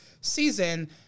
season